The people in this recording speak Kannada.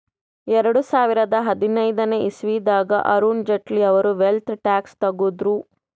ಎರಡು ಸಾವಿರದಾ ಹದಿನೈದನೇ ಇಸವಿನಾಗ್ ಅರುಣ್ ಜೇಟ್ಲಿ ಅವ್ರು ವೆಲ್ತ್ ಟ್ಯಾಕ್ಸ್ ತಗುದ್ರು